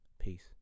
Peace